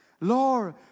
Lord